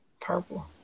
Purple